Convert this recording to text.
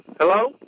Hello